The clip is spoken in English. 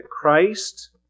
Christ